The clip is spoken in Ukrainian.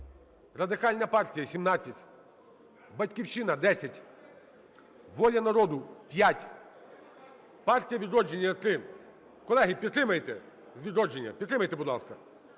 Радикальна партія – 17, "Батьківщина" – 10, "Воля народу" – 5, "Партія "Відродження" – 3. Колеги, підтримайте! З "Відродження", підтримайте, будь ласка!